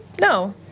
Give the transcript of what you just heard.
No